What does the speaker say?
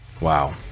Wow